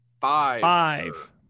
Five